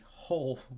whole